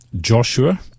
joshua